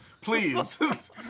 please